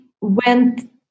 went